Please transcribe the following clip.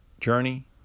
journey